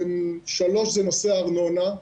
דבר שלישי זה נושא הארנונה.